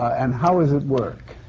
and how does it work?